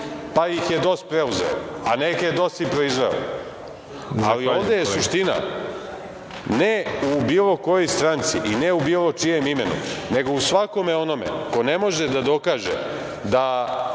pa ih je DOS preuzeo, a neke je DOS i proizveo. Ali ovde je suština, ne u bilo kojoj stranci i ne u bilo čijem imenu, nego u svakome onom ko ne može da dokaže da